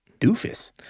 doofus